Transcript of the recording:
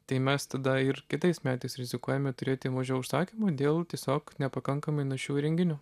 tai mes tada ir kitais metais rizikuojame turėti mažiau užsakymų dėl tiesiog nepakankamai našių įrenginių